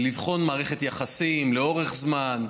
לבחון מערכת יחסים לאורך זמן,